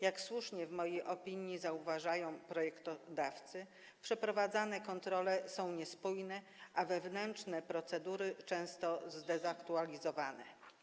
Jak słusznie w swojej opinii zauważają projektodawcy, przeprowadzane kontrole są niespójne, a wewnętrzne procedury często zdezaktualizowane.